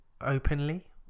openly